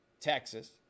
Texas